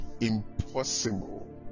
impossible